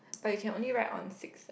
but you can only write on six sides